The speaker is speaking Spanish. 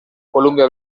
columbia